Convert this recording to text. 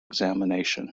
examination